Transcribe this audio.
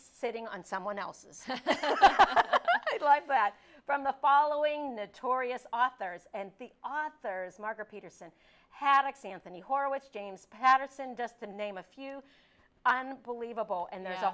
sitting on someone else's life that from the following the tory s authors and the authors margaret peterson had a chance and horowitz james patterson just the name a few believable and there's a